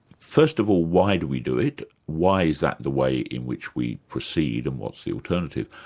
first of all, why do we do it? why is that the way in which we proceed, and what's the alternative?